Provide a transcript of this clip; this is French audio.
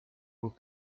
aux